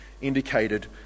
indicated